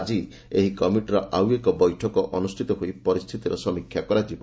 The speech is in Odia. ଆଜି ଏହି କମିଟିର ଆଉ ଏକ ବୈଠକ ଅନୁଷ୍ଠିତ ହୋଇ ପରିସ୍ଥିତିର ସମୀକ୍ଷା କରାଯିବ